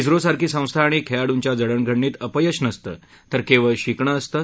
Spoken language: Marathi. क्रोसारखी संस्था आणि खेळाडूंच्या जडणघडणीत अपयश नसतं तर केवळ शिकण असतं